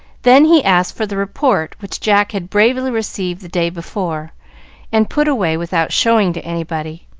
then he asked for the report which jack had bravely received the day before and put away without showing to anybody.